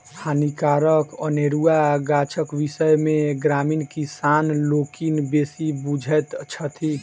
हानिकारक अनेरुआ गाछक विषय मे ग्रामीण किसान लोकनि बेसी बुझैत छथि